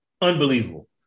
Unbelievable